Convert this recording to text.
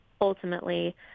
Ultimately